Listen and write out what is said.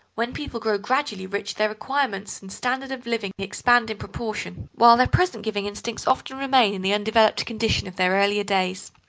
when people grow gradually rich their requirements and standard of living expand in proportion, while their present-giving instincts often remain in the undeveloped condition of their earlier days.